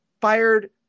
fired